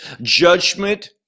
Judgment